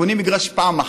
בונים מגרש פעם אחת.